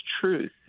truth